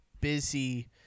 busy